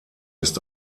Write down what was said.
ist